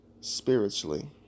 spiritually